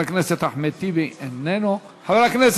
חבר הכנסת אחמד טיבי, אינו נוכח.